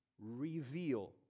reveal